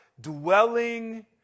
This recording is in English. dwelling